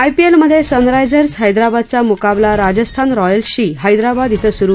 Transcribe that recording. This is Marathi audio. आयपीएलमध्ये सनरायझर्स हैद्राबादचा मुकाबला राजस्थान रॉयल्सशी हैद्राबाद डी सुरु